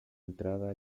entrada